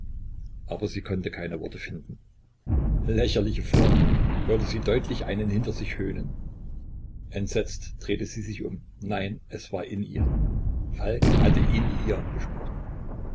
aber sie konnte kein wort finden lächerliche formeln hörte sie deutlich einen hinter sich höhnen entsetzt drehte sie sich um nein es war in ihr falk hatte in ihr gesprochen